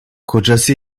kocası